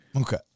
Okay